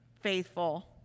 faithful